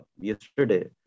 yesterday